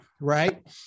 right